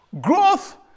Growth